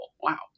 Wow